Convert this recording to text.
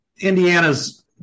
Indiana's